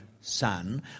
son